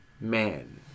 Man